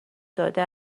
داده